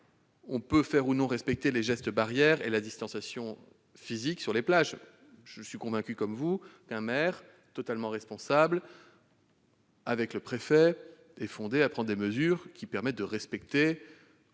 l'on peut faire ou non respecter les gestes barrières et la distanciation physique sur les plages. Je suis convaincu, comme vous, qu'un maire totalement responsable, en collaboration avec un préfet, est fondé à prendre des mesures pour faire respecter